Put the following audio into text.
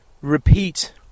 repeat